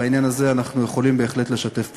ובעניין הזה אנחנו יכולים בהחלט לשתף פעולה,